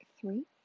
three